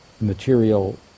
material